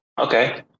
okay